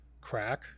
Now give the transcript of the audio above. crack